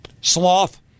Sloth